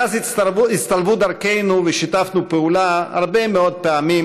מאז הצטלבו דרכינו ושיתפנו פעולה הרבה מאוד פעמים